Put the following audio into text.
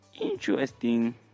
interesting